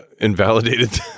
invalidated